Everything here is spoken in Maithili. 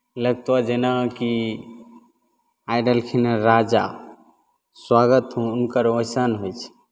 लगतौ जेनाकि आबि रहलखिन हेँ राजा सुआगत हुनकर वैसन होइ छै